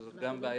שזאת גם בעיה.